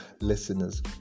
listeners